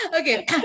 Okay